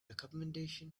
accommodation